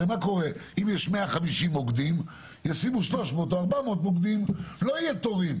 הרי אם יש 150 מוקדים - שיעשו 300 או 400 מוקדים ואז לא יהיו תורים.